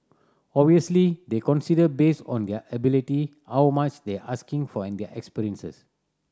obviously they'll considered based on their ability how much they are asking for and their experience